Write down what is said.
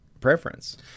preference